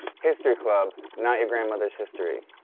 history club, not your grandmother's history,